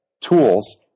tools